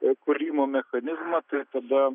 ė kūrimo mechanizmą tai tada